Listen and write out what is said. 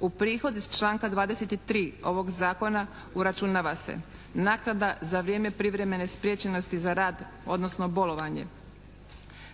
U prihod iz članka 23. ovog zakona uračunava se: naknada za vrijeme privremene spriječenosti za rad, odnosno bolovanje,